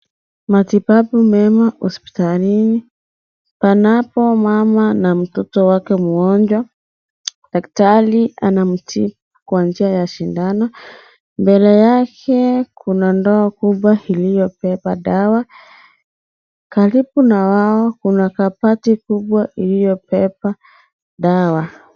Matibabu mema hospitalini, panapo mama na mtoto wake mgonjwa daktari anamtibu kwa njia ya shindano, mbele yake kuna ndoa kubwa iliyobeba dawa. Karibu na wao kuna kabati kubwa iliyobeba dawa.